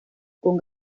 con